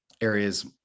areas